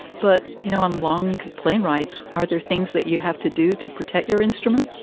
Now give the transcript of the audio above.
but, you know, on long plane rides, are there things that you have to do to protect your instrument?